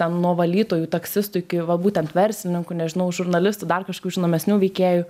ten nuo valytojų taksistų iki va būtent verslininkų nežinau žurnalistų dar kažkur žinomesnių veikėjų